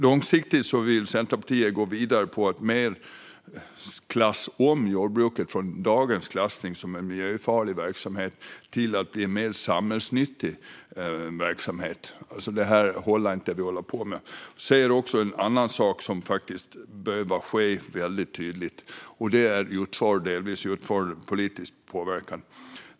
Långsiktigt vill Centerpartiet gå vidare till att klassa om jordbruket från dagens klassning som en miljöfarlig verksamhet till en samhällsnyttig verksamhet - för det här håller inte. Vi ser också väldigt tydligt en annan sak som behöver ske, utanför och delvis utanför politisk påverkan.